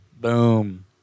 Boom